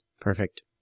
Perfect